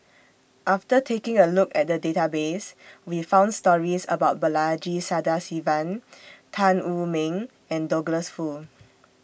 after taking A Look At The Database We found stories about Balaji Sadasivan Tan Wu Meng and Douglas Foo